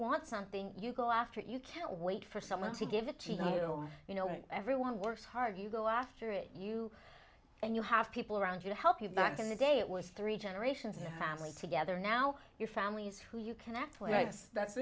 want something you go after it you can't wait for someone to give it to you know when everyone works hard you go after it you and you have people around you to help you back to the day it was three generations of family together now your family's who you can that's why i guess that's